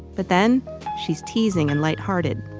but then she's teasing and lighthearted.